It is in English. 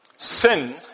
Sin